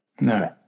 No